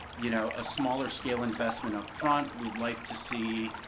you know, a smaller scale investment up front, we'd like to see,